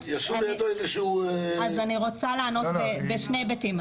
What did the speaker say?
-- יעשו לידו איזשהו ----- בשני היבטים.